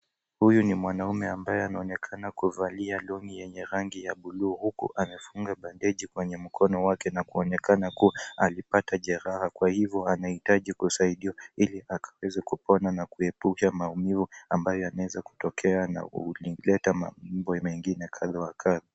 Huyu ni mwanaume ambaye anaonekana kuvalia longi yenye rangi ya buluu, huku amefunga bandeji kwenye mkono wake na kuonekana kuwa alipata jeraha kwa hivyo anahitaji kusaidiwa ili akaweze kupona na kuepusha maumivu ambayo yanaweza kutokea na huleta mambo mengine kadha wa kadha.